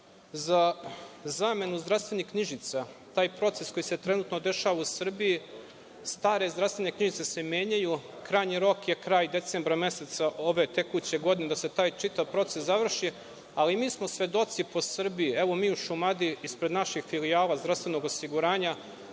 za zamenu zdravstvenih knjižica. Taj proces, koji se trenutno dešava u Srbiji, stare zdravstvene knjižice se menjaju, krajnji rok je kraj decembra meseca ove tekuće godine da se taj proces završi, ali mi smo svedoci po Srbiji, evo, mi u Šumadiji, ispred naših filijala zdravstvenog osiguranja,